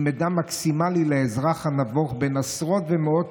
עם מידע מקסימלי לאזרח הנבוך בין עשרות ומאות